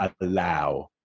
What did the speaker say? allow